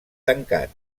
tancat